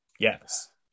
Yes